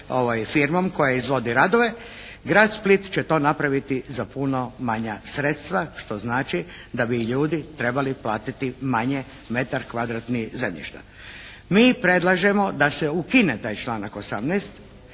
sa firmom koja izvodi radove grad Split će to napraviti za puno manja sredstva što znači da bi ljudi trebali platiti manje metar kvadratni zemljišta. Mi predlažemo da se ukine taj članak 18.